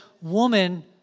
Woman